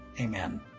Amen